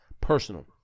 personal